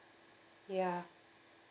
ya